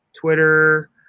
Twitter